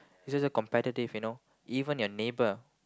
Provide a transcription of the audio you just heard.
is just so competitive you know even your neighbor